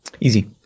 easy